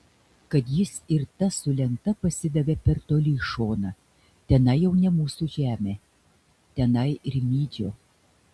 kad jis ir tas su lenta pasidavė per toli į šoną tenai jau ne mūsų žemė tenai rimydžio